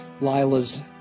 Lila's